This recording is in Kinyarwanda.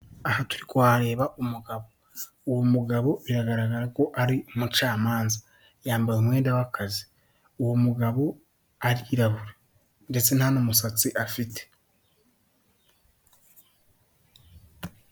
Uruganiriro rusa neza rusize irangi ry'umweru urimo n'amatara agezweho harimo intebe nziza rwose zisa icyatsi z'imisego tukabona ameza y'andi meza agezweho rwose afite n'utubati ateretseho icyo bita telekomande gikoreshwa kuri televiziyo, tukabona kandi igihuha gitanga umuyaga muri salo n'imitako myinshi.